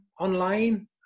online